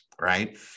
right